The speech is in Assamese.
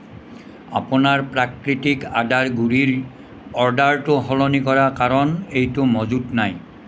আপোনাৰ প্ৰাকৃতিক আদাৰ গুড়িৰ অৰ্ডাৰটো সলনি কৰা কাৰণ এইটো মজুত নাই